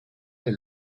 est